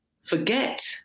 forget